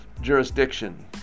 jurisdiction